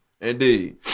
Indeed